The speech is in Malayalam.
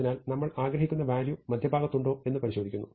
അതിനാൽ നമ്മൾ ആഗ്രഹിക്കുന്ന വാല്യൂ മധ്യഭാഗത്ത് ഉണ്ടോ എന്ന് പരിശോധിക്കുന്നു